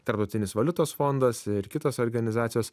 tarptautinis valiutos fondas ir kitos organizacijos